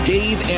Dave